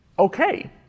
Okay